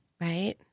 Right